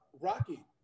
Rocky